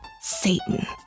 Satan